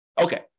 okay